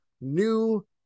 new